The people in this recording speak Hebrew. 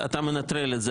אתה יודע,